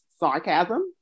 sarcasm